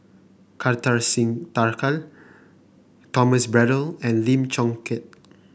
Kartar Singh Thakral Thomas Braddell and Lim Chong Keat